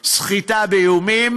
סחיטה באיומים,